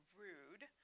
rude